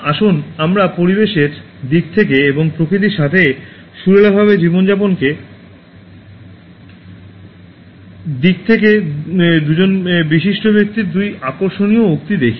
আসুন আমরা পরিবেশের দিক থেকে এবং প্রকৃতির সাথে সুরেলাভাবে জীবনযাপনের দিক থেকে দুজন বিশিষ্ট ব্যক্তির দুটি আকর্ষণীয় উক্তি দেখি